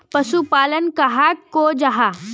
पशुपालन कहाक को जाहा?